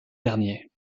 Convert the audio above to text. derniers